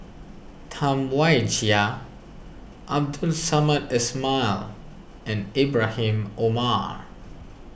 Tam Wai Jia Abdul Samad Ismail and Ibrahim Omar